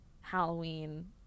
Halloween